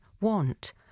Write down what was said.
want